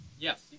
yes